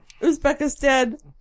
Uzbekistan